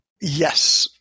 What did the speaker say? Yes